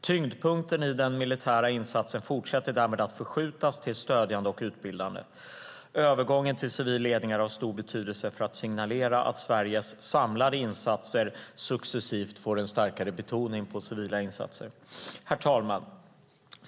Tyngdpunkten i den militära insatsen fortsätter därmed att förskjutas till stödjande och utbildande. Övergången till civil ledning är av stor betydelse för att signalera att Sveriges samlade insatser successivt får en starkare betoning på civila insatser. Herr talman!